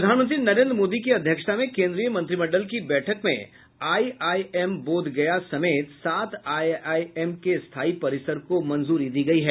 प्रधानमंत्री नरेन्द्र मोदी की अध्यक्षता में केन्द्रीय मंत्रिमंडल की बैठक में आईआईएम बोधगया समेत सात आईआईएम के स्थायी परिसर को मंजूरी दी गयी है